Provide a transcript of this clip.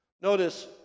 Notice